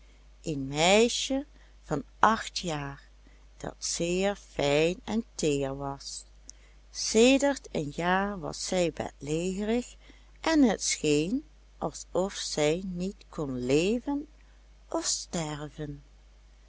een meisje van acht jaar dat zeer fijn en teer was sedert een jaar was zij bedlegerig en het scheen alsof zij niet kon leven of sterven